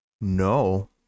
No